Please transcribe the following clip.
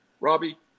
Robbie